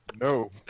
No